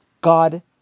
God